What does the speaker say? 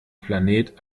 planet